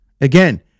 again